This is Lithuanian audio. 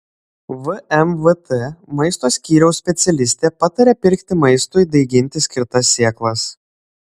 vmvt maisto skyriaus specialistė pataria pirkti maistui daiginti skirtas sėklas